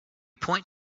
point